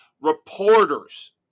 reporters